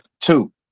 two